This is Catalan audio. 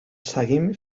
seguim